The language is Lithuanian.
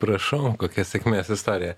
prašau kokia sėkmės istorija